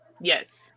Yes